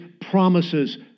promises